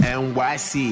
nyc